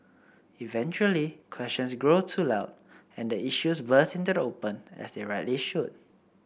eventually questions grow too loud and the issues burst into the open as they rightly should